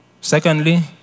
Secondly